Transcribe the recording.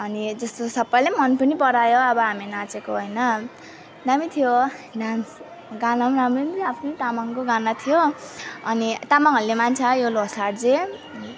अनि त्यस्तो अब सबैले मन पनि परायो अब हामी नाचेको हैन दामी थियो डान्स गाना नि राम्रै थियो आफ्नो तामाङको गाना थियो अनि तामाङहरूले मान्छ यो लोसार चाहिँ